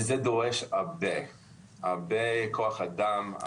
זה דורש הרבה כוח אדם.